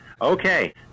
Okay